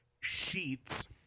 Sheets